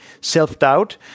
self-doubt